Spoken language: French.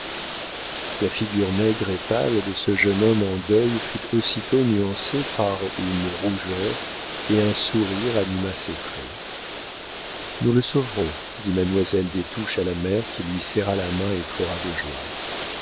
la figure maigre et pâle de ce jeune homme en deuil fut aussitôt nuancée par une rougeur et un sourire anima ses traits nous le sauverons dit mademoiselle des touches à la mère qui lui serra la main et pleura de joie